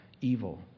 evil